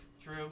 True